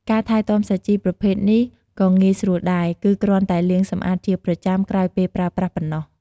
ការថែទាំសាជីប្រភេទនេះក៏ងាយស្រួលដែរ គឺគ្រាន់តែលាងសម្អាតជាប្រចាំក្រោយពេលប្រើប្រាស់ប៉ុណ្ណោះ។